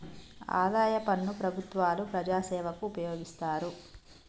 ఆదాయ పన్ను ప్రభుత్వాలు ప్రజాసేవకు ఉపయోగిస్తారు